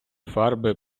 фарби